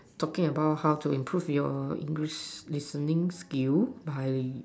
talking about how to improve your English listening skill by